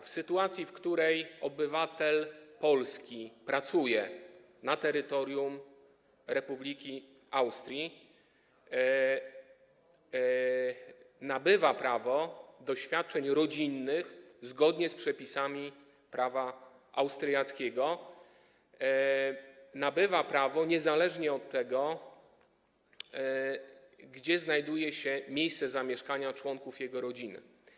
W sytuacji gdy obywatel Polski pracuje na terytorium Republiki Austrii, nabywa prawo do świadczeń rodzinnych zgodnie z przepisami prawa austriackiego niezależnie od tego, gdzie znajduje się miejsce zamieszkania członków jego rodziny.